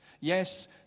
Yes